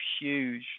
huge